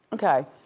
okay.